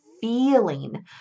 feeling